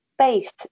space